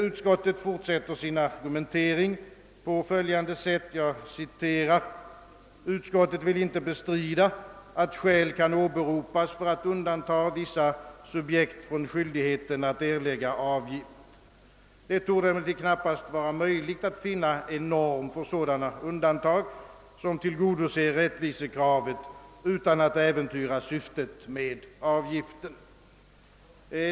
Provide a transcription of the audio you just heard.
Utskottet fortsätter sin argumentering på följande sätt: » Utskottet vill inte bestrida, att skäl kan åberopas för att undanta vissa subjekt från skyldighet att erlägga avgift. Det torde emellertid knappast vara möjligt att finna en norm för sådana undantag, som tillgodoser rättvisekravet, utan att äventyra syftet med avgiften.